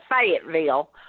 Fayetteville